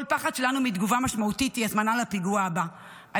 כל פחד שלנו מתגובה משמעותית הוא הזמנה לפיגוע עלינו.